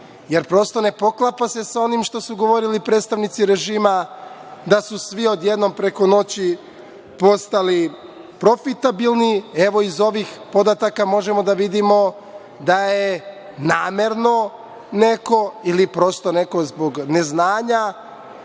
Prosto ne poklapa se sa onim što su govorili predstavnici režima, da su svi odjednom, preko noći postali profitabilni. Iz ovih podataka možemo da vidimo da je namerno neko ili prosto neko zbog neznanja